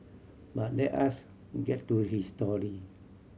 but let us get to his story